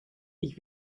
ich